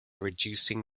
reducing